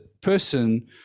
person